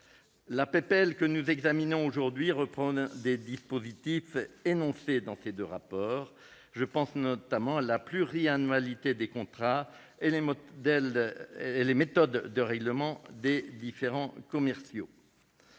de loi que nous examinons aujourd'hui reprend des dispositifs figurant dans les deux rapports issus de ces travaux. Je pense notamment à la pluriannualité des contrats et aux méthodes de règlement des différends commerciaux